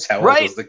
Right